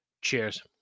Cheers